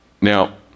Now